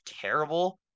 terrible